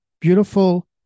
beautiful